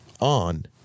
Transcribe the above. on